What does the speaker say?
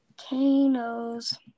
volcanoes